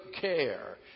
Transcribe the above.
care